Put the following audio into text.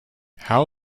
how